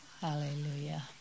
Hallelujah